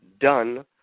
done